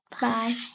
Bye